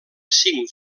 cinc